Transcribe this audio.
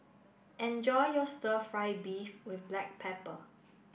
enjoy your Stir Fry Beef with Black Pepper